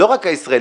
לא רק הישראלית,